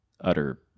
utter